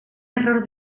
error